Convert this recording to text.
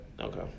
Okay